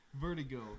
Vertigo